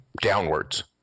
downwards